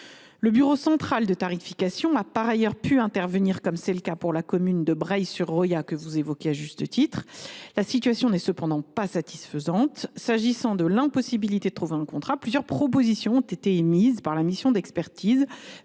territoriales. Le BCT a, par ailleurs, pu intervenir, comme c’est le cas pour la commune de Breil sur Roya que vous évoquez à juste titre, madame la sénatrice. La situation n’est cependant pas satisfaisante. S’agissant de l’impossibilité de trouver un contrat, plusieurs propositions ont été émises par la mission d’expertise